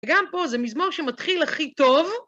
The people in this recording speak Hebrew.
וגם פה זה מזמור שמתחיל הכי טוב.